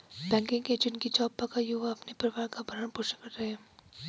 banking agent की job पाकर युवा अपने परिवार का भरण पोषण कर रहे है